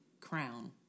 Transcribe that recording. crown